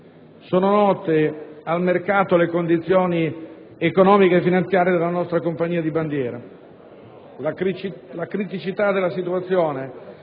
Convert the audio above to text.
Sono note al mercato le condizioni economico-finanziarie della nostra compagnia di bandiera. La criticità della situazione